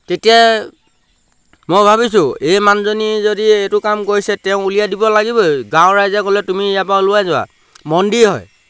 তেতিয়া মই ভাবিছোঁ এই মানুজনী যদি এইটো কাম কৰিছে তেওঁ উলিয়াই দিব লাগিবই গাঁৱৰ ৰাইজে ক'লে তুমি ইয়াৰপৰা ওলাই যোৱা মন্দিৰ হয়